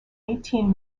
eighteen